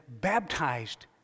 baptized